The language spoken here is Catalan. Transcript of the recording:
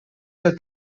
del